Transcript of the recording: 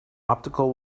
optical